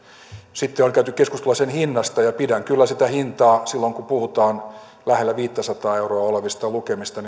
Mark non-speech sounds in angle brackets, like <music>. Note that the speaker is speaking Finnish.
sitten on käyty keskustelua sen hinnasta ja pidän kyllä sitä hintaa silloin kun puhutaan lähellä viittäsataa euroa olevista lukemista <unintelligible>